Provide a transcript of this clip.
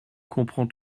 comprends